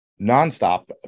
nonstop